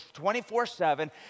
24-7